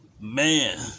man